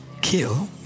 kill